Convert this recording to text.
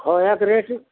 खोआ का रेट